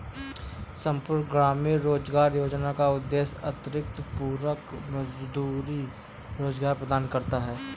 संपूर्ण ग्रामीण रोजगार योजना का उद्देश्य अतिरिक्त पूरक मजदूरी रोजगार प्रदान करना है